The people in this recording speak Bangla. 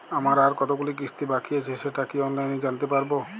আমার আর কতগুলি কিস্তি বাকী আছে সেটা কি অনলাইনে জানতে পারব?